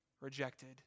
rejected